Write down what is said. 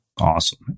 Awesome